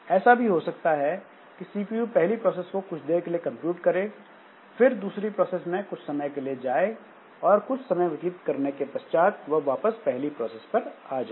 ऐसा भी हो सकता है कि सीपीयू पहली प्रोसेस को कुछ देर के लिए कंप्यूट करें फिर दूसरी प्रोसेस में कुछ समय के लिए जाए और कुछ समय व्यतीत करने के बाद वापस पहली प्रोसेस पर आ जाए